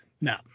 no